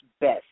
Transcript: best